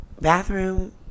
bathroom